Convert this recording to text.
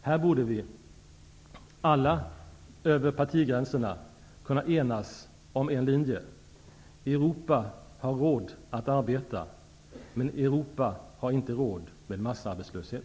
Här borde vi alla över partigränserna kunna enas om en linje: Europa har råd att arbeta, men Europa har inte råd med massarbetslöshet.